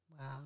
Wow